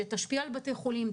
שתשפיע על בתי החולים,